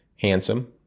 handsome